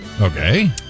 Okay